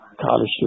college